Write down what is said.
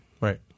Right